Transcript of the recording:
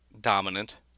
dominant